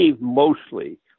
mostly –